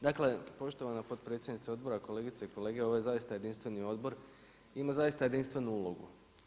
Dakle, poštovana potpredsjednice Odbora, kolegice i kolege, ovo je zaista jedinstveni Odbor i ima zaista jedinstvenu ulogu.